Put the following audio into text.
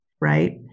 right